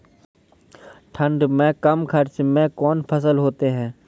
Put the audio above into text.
ठंड मे कम खर्च मे कौन फसल होते हैं?